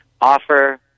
offer